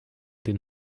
den